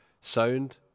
sound